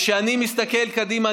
וכשאני מסתכל קדימה,